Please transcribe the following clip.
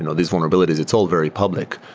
and these vulnerabilities, it's all very public,